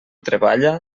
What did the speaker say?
treballa